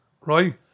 right